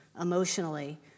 emotionally